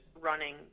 running